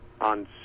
on